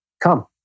come